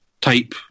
type